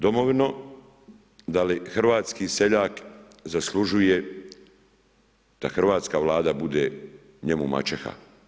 Domovino, da li hrvatski seljak zaslužuje da hrvatska Vlada da bude njemu maćeha?